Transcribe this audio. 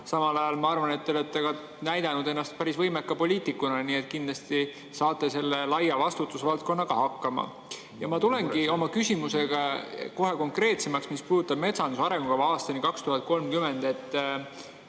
Samal ajal ma arvan, et te olete näidanud ennast päris võimeka poliitikuna, nii et kindlasti saate selle laia vastutusvaldkonnaga hakkama. Ma lähengi oma küsimusega kohe konkreetsemaks [ja küsin seda], mis puudutab metsanduse arengukava aastani 2030.